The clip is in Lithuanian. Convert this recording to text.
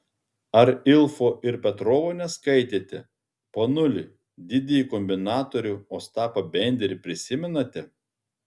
ar ilfo ir petrovo neskaitėte ponuli didįjį kombinatorių ostapą benderį prisimenate